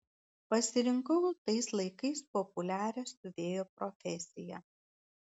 pasirinkau tais laikais populiarią siuvėjo profesiją